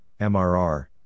MRR